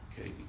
Okay